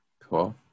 cool